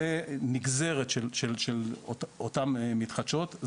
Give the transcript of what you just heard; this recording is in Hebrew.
זו נגזרת של אותן מתחדשות,